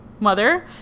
Mother